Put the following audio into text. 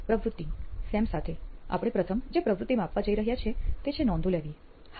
પ્રવૃત્તિ સેમ સાથે આપણે પ્રથમ જે પ્રવૃત્તિ માપવા જઈ રહ્યા છીએ તે છે નોંધો લેવી હા